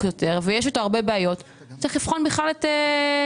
יותר ויש איתו הרבה בעיות צריך לבחון בכלל את קיומו.